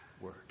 word